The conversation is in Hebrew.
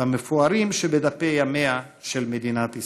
במפוארים שבדפי ימיה של מדינת ישראל.